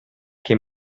che